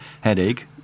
headache